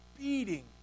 beating